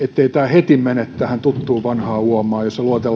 heti mene tuttuun vanhaan uomaan jossa luetellaan paljon